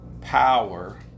power